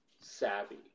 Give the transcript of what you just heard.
savvy